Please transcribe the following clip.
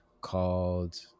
called